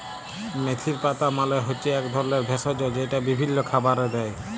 মেথির পাতা মালে হচ্যে এক ধরলের ভেষজ যেইটা বিভিল্য খাবারে দেয়